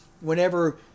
whenever